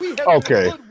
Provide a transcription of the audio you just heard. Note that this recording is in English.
Okay